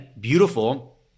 beautiful